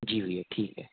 जी भैया ठीक है